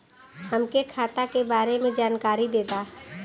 हमके खाता के बारे में जानकारी देदा?